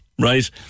right